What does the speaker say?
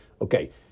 Okay